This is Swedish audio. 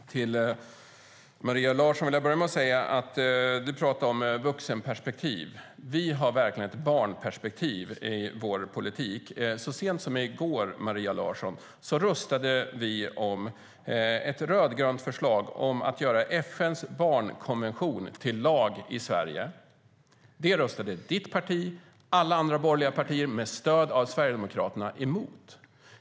Fru talman! Till Maria Larsson vill jag börja med att säga detta: Du talar om ett vuxenperspektiv. Vi har verkligen ett barnperspektiv i vår politik. Så sent som i går, Maria Larsson, röstade vi om ett rödgrönt förslag om att göra FN:s barnkonvention till lag i Sverige. Det röstade ditt parti och alla andra borgerliga partier med stöd av Sverigedemokraterna emot.